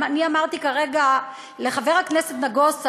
אני אמרתי כרגע לחבר הכנסת נגוסה,